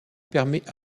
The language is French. permet